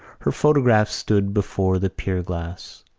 her photograph stood before the pierglass.